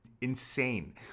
insane